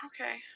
Okay